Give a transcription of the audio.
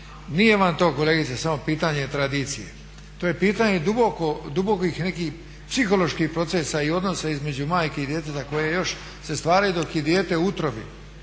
Nije vam to kolegice samo pitanje tradicije, to je pitanje dubokih nekih psiholoških procesa i odnosa između majke i djeteta koje još se stvaraju dok je dijete u utrobi